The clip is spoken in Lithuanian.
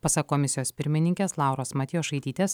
pasak komisijos pirmininkės lauros matjošaitytės